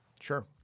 Sure